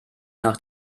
nach